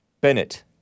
Bennett